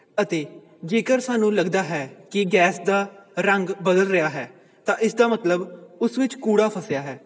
ਅਤੇ ਜੇਕਰ ਸਾਨੂੰ ਲੱਗਦਾ ਹੈ ਕਿ ਗੈਸ ਦਾ ਰੰਗ ਬਦਲ ਰਿਹਾ ਹੈ ਤਾਂ ਇਸ ਦਾ ਮਤਲਬ ਉਸ ਵਿੱਚ ਕੂੜਾ ਫਸਿਆ ਹੈ